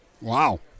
Wow